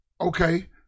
okay